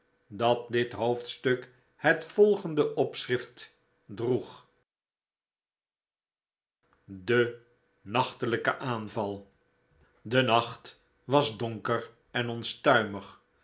dat dit hoofdstuk het volgende opschrift droeg de nachtelijke aanval de nacht was donker en